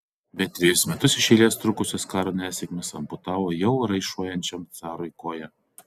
bet trejus metus iš eilės trukusios karo nesėkmės amputavo jau raišuojančiam carui koją